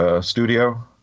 studio